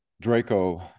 draco